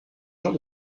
gens